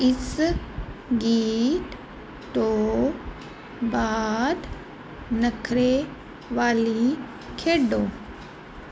ਇਸ ਗੀਤ ਤੋਂ ਬਾਅਦ ਨਖਰੇ ਵਾਲੀ ਖੇਡੋ